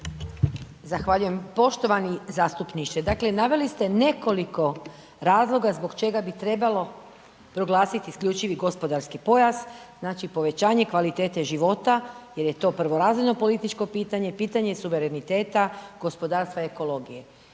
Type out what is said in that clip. Zahvaljujem. Poštovani zastupniče, dakle naveli ste nekoliko razloga zbog čega bi trebalo proglasiti isključivi gospodarski pojas. Znači, povećanje kvalitete života jer je to prvorazredno političko pitanje, pitanje suvereniteta, gospodarstva i ekologije.